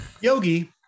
Yogi